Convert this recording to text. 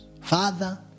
father